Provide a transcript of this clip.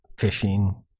Fishing